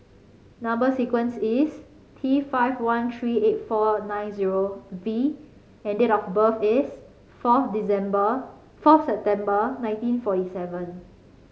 number sequence is T five one three eight four nine zero V and date of birth is fourth December fourth September nineteen forty seven